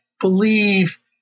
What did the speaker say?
believe